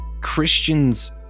Christians